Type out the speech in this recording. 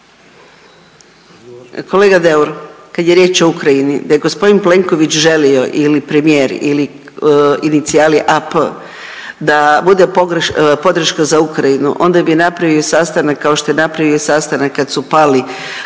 Kolega Deuro, kad je riječ o Ukrajini da gospodin Plenković želio ili premijer ili inicijali AP da bude podrška za Ukrajinu onda bi napravio sastanak kao što je napravio i sastanak kad su pali,